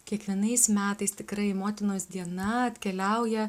kiekvienais metais tikrai motinos diena atkeliauja